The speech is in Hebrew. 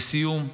לסיום,